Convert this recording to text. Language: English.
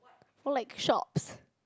oh like shops